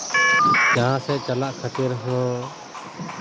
ᱡᱟᱦᱟᱸ ᱥᱮᱫ ᱪᱟᱞᱟᱜ ᱠᱷᱟᱹᱛᱤᱨ ᱦᱚᱸ